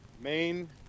Main